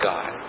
God